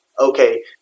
Okay